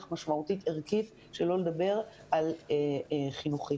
משמעותית ערכית שלא לדבר על חינוכית.